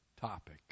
topic